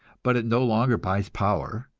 but it no longer buys power,